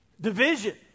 Division